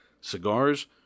Cigars